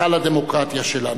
היכל הדמוקרטיה שלנו.